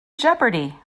jeopardy